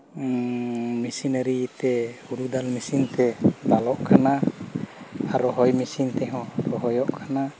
ᱢᱮᱥᱤᱱᱟᱹᱨᱤᱛᱮ ᱦᱳᱲᱳ ᱫᱟᱞ ᱢᱮᱥᱤᱱᱛᱮ ᱫᱟᱞᱚᱜ ᱠᱟᱱᱟ ᱨᱚᱦᱚᱭ ᱢᱮᱥᱤᱱᱛᱮ ᱦᱚᱸ ᱨᱚᱦᱚᱭᱚᱜ ᱠᱟᱱᱟ